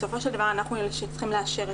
בסופו של דבר אנחנו אלה שצריכים לאשר.